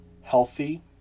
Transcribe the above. healthy